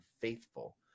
faithful